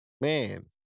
man